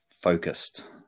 focused